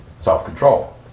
self-control